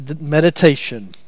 meditation